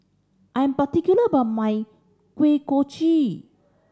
I am particular about my Kuih Kochi